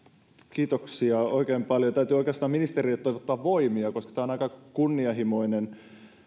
kiitoksia oikein paljon täytyy oikeastaan ministerille toivottaa voimia koska hallitusohjelma on aika kunnianhimoinen